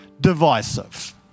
divisive